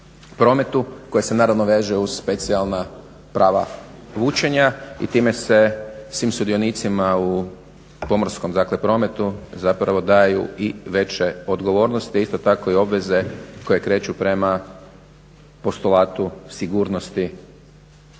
prometu koji se naravno veže uz specijalna prava vučenja i time se svim sudionicima u pomorskom prometu zapravo daju i veće odgovornosti, a isto tako i obveze koje kreću prema postulatu sigurnosti